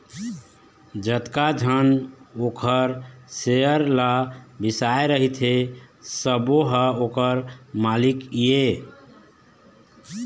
जतका झन ओखर सेयर ल बिसाए रहिथे सबो ह ओखर मालिक ये